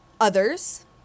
others